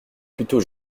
plutôt